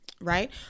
right